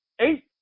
eight